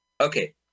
Okay